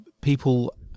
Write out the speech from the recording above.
People